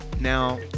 Now